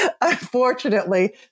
unfortunately